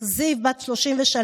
זיו בת 33,